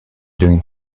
doing